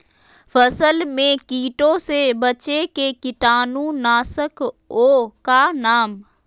फसल में कीटों से बचे के कीटाणु नाशक ओं का नाम?